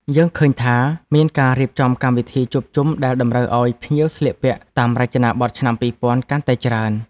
យើងឃើញថា មានការរៀបចំកម្មវិធីជួបជុំដែលតម្រូវឱ្យភ្ញៀវស្លៀកពាក់តាមរចនាប័ទ្មឆ្នាំពីរពាន់កាន់តែច្រើន។